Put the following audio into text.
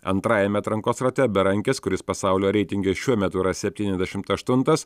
antrajame atrankos rate berankis kuris pasaulio reitinge šiuo metu yra septyniasdešimt aštuntas